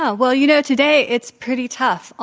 yeah well, you know, today it's pretty tough.